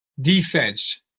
defense